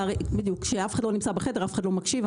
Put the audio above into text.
גם כשאף אחד לא נמצא בחדר ואף אחד לא מקשיב,